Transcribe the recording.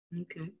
Okay